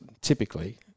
typically